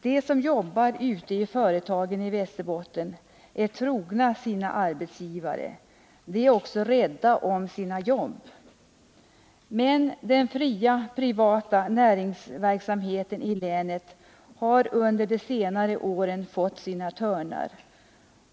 De som jobbar ute i företagen i Västerbotten är trogna sina arbetsgivare. De är också rädda om sina jobb. Men den fria privata näringsverksamheten i länet har under de senaste åren fått sina törnar.